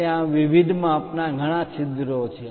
ત્યાં વિવિધ માપ ના ઘણા છિદ્રો છે